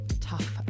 Tough